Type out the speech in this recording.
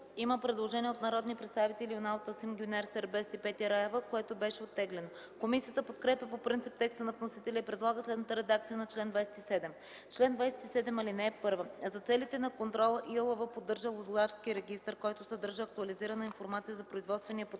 предложение от народните представители Юнал Тасим, Гюнер Сербест и Петя Раева, което е оттеглено. Комисията подкрепя по принцип текста на вносителя и предлага следната редакция на чл. 27: „Чл. 27. (1) За целите на контрола ИАЛВ поддържа лозарски регистър, който съдържа актуализирана информация за производствения потенциал.